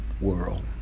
world